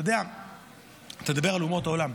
אתה מדבר על אומות העולם.